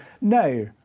No